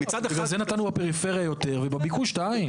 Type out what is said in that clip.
בגלל זה נתנו בפריפריה יותר, ובביקוש שתיים.